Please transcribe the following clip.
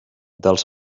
dels